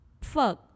fuck